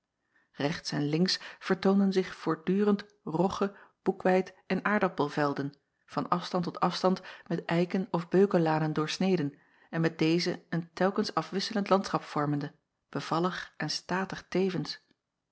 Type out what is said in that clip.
echts en links vertoonden zich voortdurend rogge boekweit en aardappelvelden van afstand tot afstand met eiken of beukenlanen doorsneden en met deze een telkens afwisselend landschap vormende bevallig en statig tevens